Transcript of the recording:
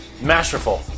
Masterful